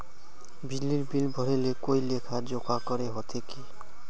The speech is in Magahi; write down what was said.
बिजली बिल भरे ले कोई लेखा जोखा करे होते की?